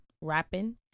rapping